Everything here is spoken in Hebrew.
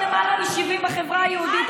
מפענחת 22% לעומת למעלה מ-70% בחברה היהודית.